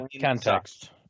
context